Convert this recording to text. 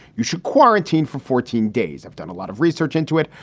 you should quarantine for fourteen days. i've done a lot of research into it.